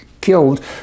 killed